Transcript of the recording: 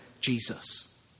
Jesus